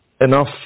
enough